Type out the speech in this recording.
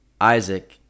Isaac